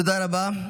תודה רבה.